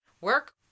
work